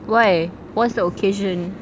why what's the occasion